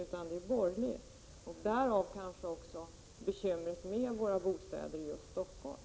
Det är kanske det som är anledning till bekymren med bostäderna i Stockholm.